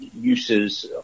uses